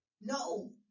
No